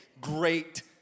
great